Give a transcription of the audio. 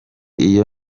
iyo